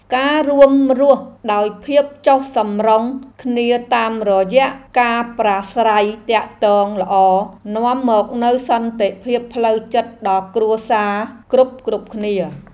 ការរួមរស់ដោយភាពចុះសម្រុងគ្នាតាមរយៈការប្រាស្រ័យទាក់ទងល្អនាំមកនូវសន្តិភាពផ្លូវចិត្តដល់គ្រួសារគ្រប់ៗគ្នា។